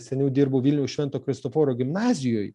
seniau dirbau vilniaus švento kristoforo gimnazijoj